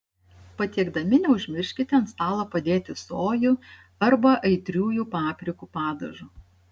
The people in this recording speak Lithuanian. patiekdami neužmirškite ant stalo padėti sojų arba aitriųjų paprikų padažo